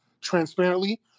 transparently